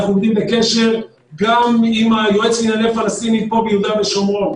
אנחנו עומדים בקשר גם עם היועץ לענייני פלסטינים פה ביהודה ושומרון,